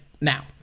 now